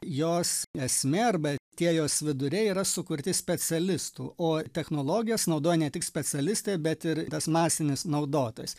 jos esmė arba tie jos viduriai yra sukurti specialistų o technologijas naudoja ne tik specialistai bet ir tas masinis naudotojas